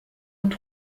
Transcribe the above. und